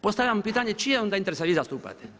Postavljam pitanje čije onda interese vi zastupate?